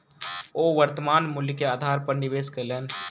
ओ वर्त्तमान मूल्य के आधार पर निवेश कयलैन